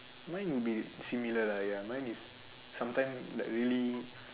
mine would be similar ya mine is sometime like really